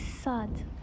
sad